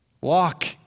Walk